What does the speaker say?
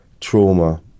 trauma